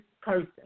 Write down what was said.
person